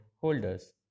holders